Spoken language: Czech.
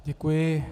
Děkuji.